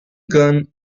gun